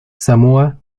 samoa